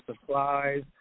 supplies